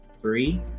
Three